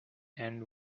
and